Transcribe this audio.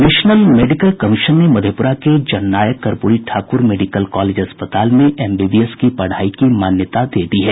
national medical commission ने मधेपुरा के Jannayak Karpoori Thakur medical college अस्पताल में एमबीबीएस की पढ़ाई की मान्यता दे दी है